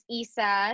isa